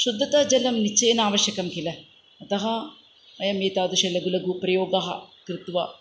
शुद्दता जलं निश्चयेन अवश्यकं किल अतः वयम् एतादृश लघु लघु प्रयोगान् कृत्वा